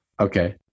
Okay